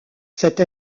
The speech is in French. cette